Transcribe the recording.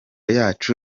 yacu